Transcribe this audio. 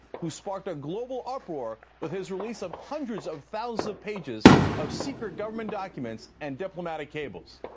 who sparked a global uproar with his release of hundreds of thousands of pages of secret government documents and diplomatic cables,